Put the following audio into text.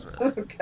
Okay